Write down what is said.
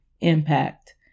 impact